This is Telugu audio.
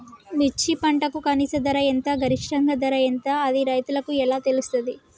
మిర్చి పంటకు కనీస ధర ఎంత గరిష్టంగా ధర ఎంత అది రైతులకు ఎలా తెలుస్తది?